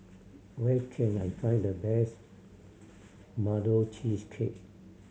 where can I find the best cheesecake